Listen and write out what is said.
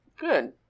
Good